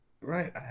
right